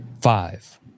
Five